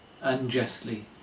unjustly